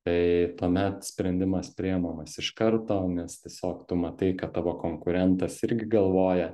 tai tuomet sprendimas priemamas iš karto nes tiesiog tu matai kad tavo konkurentas irgi galvoja